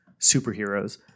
superheroes